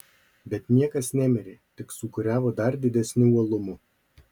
bet niekas nemirė tik sūkuriavo dar didesniu uolumu